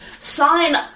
sign